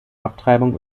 abtreibung